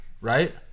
right